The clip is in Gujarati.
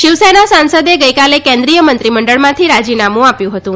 શિવસેના સાંસદે ગઇકાલે કેન્દ્રીય મંત્રીમંડળમાંથી રાજીનામું આપ્યું હતું